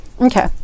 okay